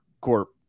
Corp